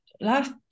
Last